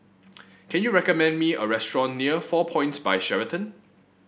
can you recommend me a restaurant near Four Points By Sheraton